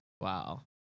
wow